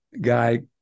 guy